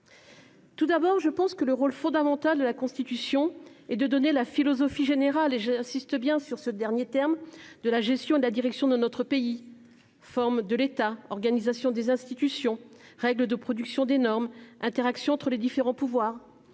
Tout d'abord, je pense que le rôle fondamental de la Constitution est de donner la philosophie générale- j'insiste sur ce dernier terme - qui doit présider à la direction de notre pays : forme de l'État, organisation des institutions, règles de production des normes, interactions entre les différents pouvoirs.